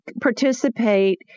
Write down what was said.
participate